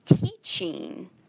teaching